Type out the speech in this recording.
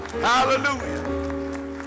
Hallelujah